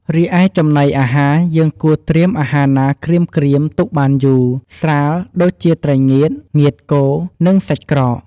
រីឯចំណីអាហារយើងគួរត្រៀមអាហារណាក្រៀមៗទុកបានយូរ ស្រាលដូចជាត្រីងៀត ងៀតគោ និងសាច់ក្រក។